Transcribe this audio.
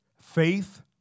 faith